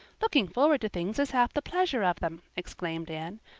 looking forward to things is half the pleasure of them, exclaimed anne.